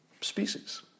species